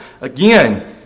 Again